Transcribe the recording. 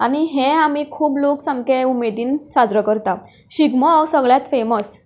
आनी हें आमी खूब लोक सामकें उमेदीन साजरो करतात शिगमो हो सगल्यांत फेमस